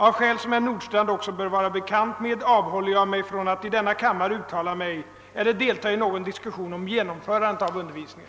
Av skäl som herr Nordstrandh också bör vara bekant med avhåller jag mig från att i denna kammare uttala mig eller delta i någon diskussion om genomförandet av undervisningen.